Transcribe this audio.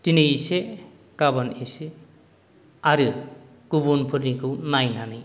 दिनै एसे गाबोन एसे आरो गुबुनफोरनिखौ नायनानै